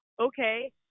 okay